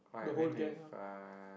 the whole gang ah